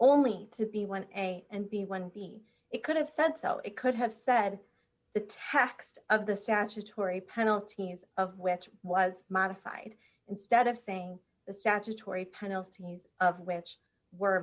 only to be one a and b one b it could have said so it could have said the tax of the statutory penalties of which was modified instead of saying the statutory penalties of which were